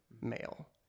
male